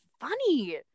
funny